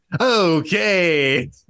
Okay